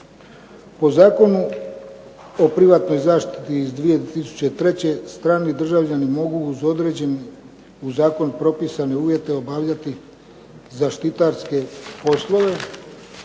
Po Zakonu o privatnoj zaštiti iz 2003. strani državljani mogu uz određene u zakonu propisane uvjete obavljati zaštitarske poslove